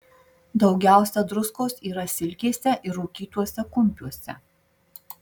daugiausia druskos yra silkėse ir rūkytuose kumpiuose